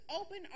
open